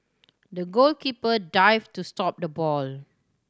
the goalkeeper dived to stop the ball